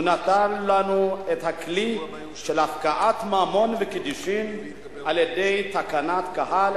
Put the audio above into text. הוא נתן לנו את הכלי של הפקעת ממון וקידושים על-ידי תקנת קהל,